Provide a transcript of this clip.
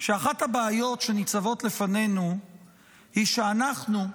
שאחת הבעיות שניצבות לפנינו היא שאנחנו,